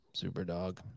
Superdog